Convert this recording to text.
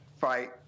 fight